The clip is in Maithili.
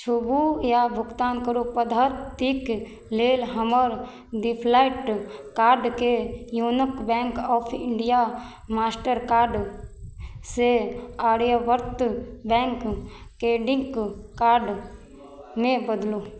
छूबू या भुगतान करू पद्धतिक लेल हमर डिफलैट कार्डके यूनक बैंक ऑफ इंडिया मास्टर कार्डसँ आर्यवर्त बैंक क्रेडिट कार्डमे बदलू